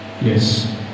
Yes